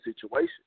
situation